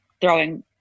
throwing